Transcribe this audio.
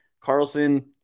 Carlson